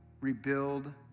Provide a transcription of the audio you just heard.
rebuild